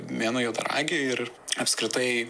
mėnuo juodaragiui ir apskritai